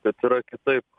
kad yra kitaip